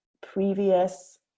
previous